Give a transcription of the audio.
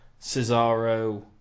Cesaro